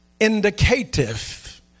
indicative